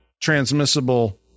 transmissible